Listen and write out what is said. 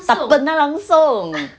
tak pernah langsung